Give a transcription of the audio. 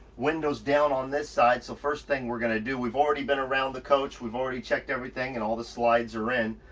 windows down on this side. so first thing we're gonna do. we've already been around the coach. we already checked everything. and all the slides are in.